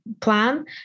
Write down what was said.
plan